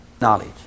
knowledge